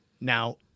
Now